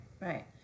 Right